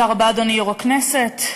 אדוני יושב-ראש הכנסת,